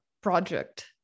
project